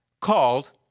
called